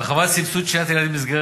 לאן זה ילך, הכסף?